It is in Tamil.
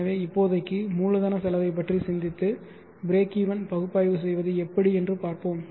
எனவே இப்போதைக்கு மூலதனச் செலவைப் பற்றி சிந்தித்து பிரேக்வென் பகுப்பாய்வு செய்வது எப்படி என்று பார்ப்போம்